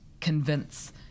convince